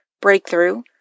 breakthrough